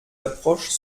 approches